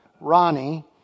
Ronnie